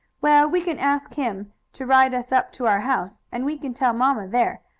well, we can ask him to ride us up to our house, and we can tell mamma, there,